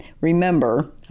Remember